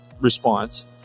response